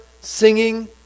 singing